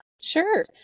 Sure